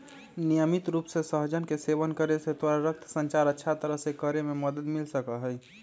नियमित रूप से सहजन के सेवन करे से तोरा रक्त संचार अच्छा तरह से करे में मदद मिल सका हई